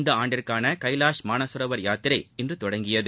இந்த ஆண்டிற்கான கைலாஷ் மானசரோவர் யாத்திரை இன்று தொடங்கியது